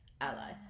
Ally